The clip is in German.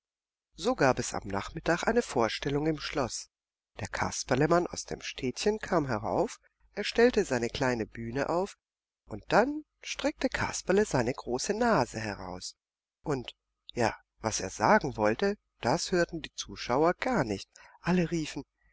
so gab es am nachmittag eine vorstellung im schloß der kasperlemann aus dem städtchen kam herauf er stellte seine kleine bühne auf und dann streckte kasperle seine große nase heraus und ja was er sagen wollte das hörten die zuschauer gar nicht alle riefen